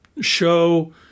show